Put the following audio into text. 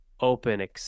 open